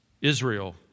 Israel